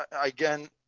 again